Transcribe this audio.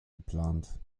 geplant